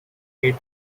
made